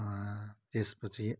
त्यसपछि